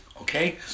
Okay